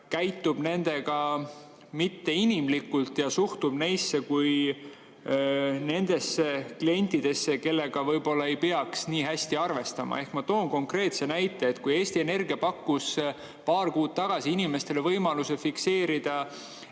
käitub nendega mitteinimlikult ja suhtub neisse kui nendesse klientidesse, kellega võib-olla ei peaks nii hästi arvestama. Ma toon konkreetse näite. Kui Eesti Energia pakkus paar kuud tagasi inimestele võimaluse fikseerida